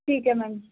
ਠੀਕ ਹ ਮੈਮ